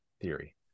theory